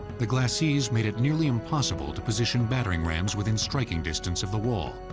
the glacis made it nearly impossible to position battering rams within striking distance of the wall.